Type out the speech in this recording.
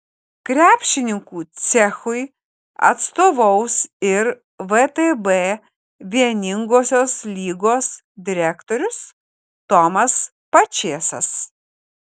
krepšininkų cechui atstovaus ir vtb vieningosios lygos direktorius tomas pačėsas